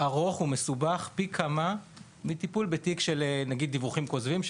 ארוך ומסובך פי כמה מטיפול בתיק של דיווחים כוזבים,